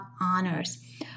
Honors